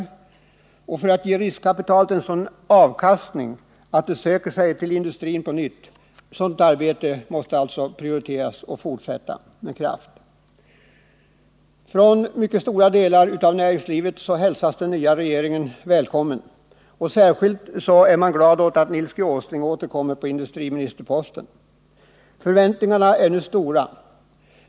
Arbetet på att ge riskkapitalet en sådan avkastning att det söker sig till industrin på nytt måste alltså prioriteras och fortsättas med kraft. Från mycket stora delar av näringslivet hälsas den nya regeringen välkommen. Särskilt är man glad åt att Nils G. Åsling återkommer på industriministerposten. Förväntningarna är nu stora.